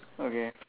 okay